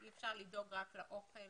אי אפשר לדאוג רק לאוכל